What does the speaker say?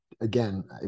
again